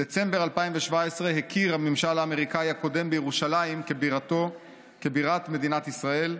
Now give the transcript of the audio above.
בדצמבר 2017 הכיר הממשל האמריקני הקודם בירושלים כבירת מדינת ישראל,